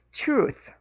truth